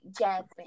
Jasmine